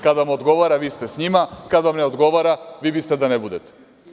Kada vam odgovara vi ste sa njima, kada vam ne odgovara vi biste da ne budete.